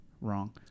Wrong